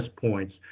points